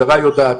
המשטרה יודעת,